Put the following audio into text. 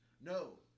No